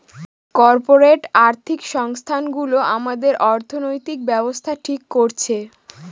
corporate আর্থিক সংস্থানগুলো আমাদের অর্থনৈতিক ব্যাবস্থা ঠিক করছে